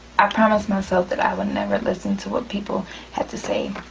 i promised myself that i would never listen to what people had to say.